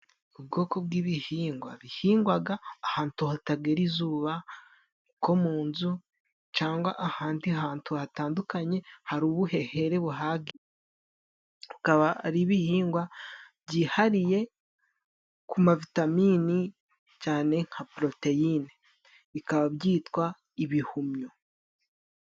Ubwoko bw'ibihingwa bihingwaga ahantu hatagira izuba nko mu nzu cangwa ahandi hantu hatandukanye hari ubuhehere buhagije. Akaba ari ibihingwa byihariye ku mavitamini cane nka proteyine, bikaba byitwa ibihumyo.